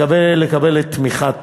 אני מקווה לקבל את תמיכת